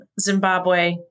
Zimbabwe